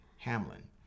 Hamlin